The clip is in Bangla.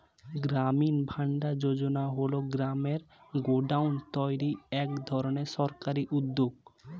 গ্রামীণ ভান্ডার যোজনা হল গ্রামে গোডাউন তৈরির এক ধরনের সরকারি উদ্যোগ